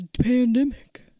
pandemic